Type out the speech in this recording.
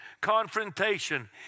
confrontation